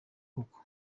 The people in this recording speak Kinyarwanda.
koko